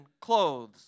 clothes